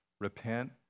Repent